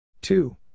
Two